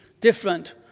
different